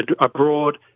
abroad